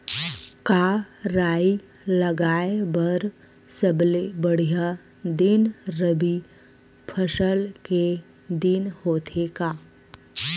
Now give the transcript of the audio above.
का राई लगाय बर सबले बढ़िया दिन रबी फसल के दिन होथे का?